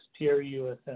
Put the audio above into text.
PRUSS